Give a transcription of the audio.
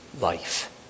life